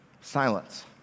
Silence